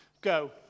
go